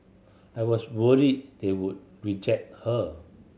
I was worried they would reject her